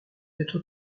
d’être